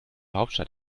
hauptstadt